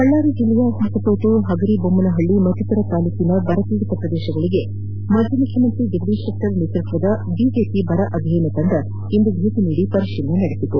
ಬಳ್ಳಾರಿ ಜಿಲ್ಡೆಯ ಹೊಸಪೇಟೆ ಹಗರಿಬೊಮ್ಮನಹಳ್ಳಿ ಮತ್ತಿತರ ತಾಲೂಕಿನ ಬರಪೀಡಿತ ಪ್ರದೇಶಗಳಿಗೆ ಮಾಜಿ ಮುಖ್ಯಮಂತ್ರಿ ಜಗದೀಶ್ ಶೆಟ್ವರ್ ನೇತೃತ್ವದ ಬಿಜೆಪಿ ಬರ ಅಧ್ಯಯನ ತಂದ ಇಂದು ಭೇಟಿ ನೀದಿ ಪರಿಶೀಲನೆ ನಡೆಸಿತು